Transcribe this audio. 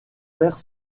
père